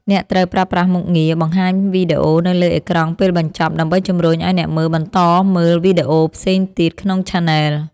អ្នកត្រូវប្រើប្រាស់មុខងារ បង្ហាញវីដេអូនៅលើអេក្រង់ពេលបញ្ចប់ ដើម្បីជម្រុញឱ្យអ្នកមើលបន្តមើលវីដេអូផ្សេងទៀតក្នុងឆានែល។